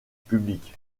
public